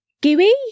gooey